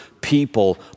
people